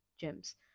gems